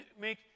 make